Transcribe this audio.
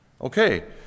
Okay